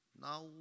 Now